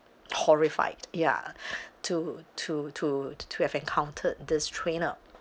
horrified ya to to to to to have encountered this trainer